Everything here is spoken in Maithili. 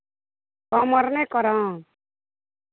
कम आओर नहि करब